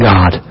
God